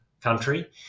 country